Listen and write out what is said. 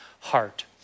heart